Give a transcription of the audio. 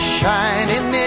shining